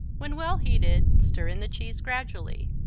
when well-heated stir in the cheese gradually.